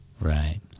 Right